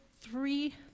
three